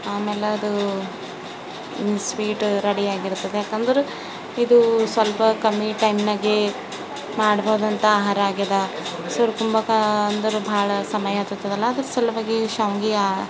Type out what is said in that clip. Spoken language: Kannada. ಆಮೇಲದು ಈ ಸ್ವೀಟು ರೆಡಿಯಾಗಿರ್ತದೆ ಯಾಕಂದ್ರೆ ಇದು ಸ್ವಲ್ಪ ಕಮ್ಮಿ ಟೈಮ್ನಾಗೆ ಮಾಡ್ಬೋದಂತ ಆಹಾರ ಆಗ್ಯದ ಸುರಕುಂಭಕ್ಕ ಅಂದರೆ ಭಾಳ ಸಮಯ ಹತ್ತತದಲ್ಲ ಅದರ ಸಲುವಾಗಿ ಶಾವ್ಗೆಯ